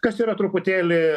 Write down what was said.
kas yra truputėlį